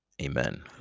Amen